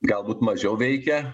galbūt mažiau veikia